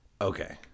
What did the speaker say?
okay